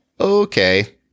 okay